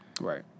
Right